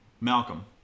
Malcolm